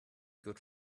good